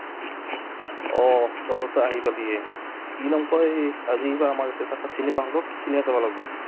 অঁ ওচৰতে আহি পালি কি নাম কয় আজি বা আমাৰ ইয়াতে থকা চিনেমা হলত চিনেমা চাব লাগিব